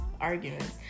arguments